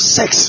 sex